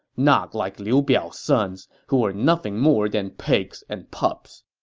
not like liu biao's sons, who were nothing more than pigs and pups.